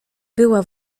była